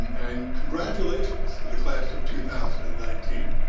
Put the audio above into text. and congratulations to the class of two thousand and nineteen.